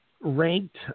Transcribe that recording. ranked